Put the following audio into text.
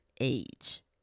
age